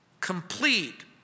complete